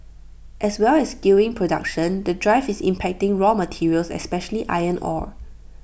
as well as skewing production the drive is impacting raw materials especially iron ore